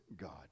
God